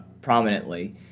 prominently